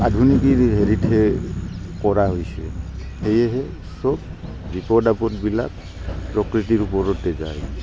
আধুনিকিৰ হেৰিতেহে কৰা হৈছে সেয়েহে চব বিপদ আপদবিলাক প্ৰকতি ওপৰতে যায়